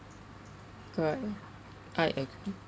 correct ah I agree